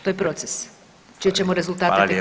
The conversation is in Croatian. To je proces čije [[Upadica Radin: Hvala lijepa.]] ćemo rezultate